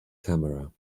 camera